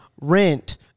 rent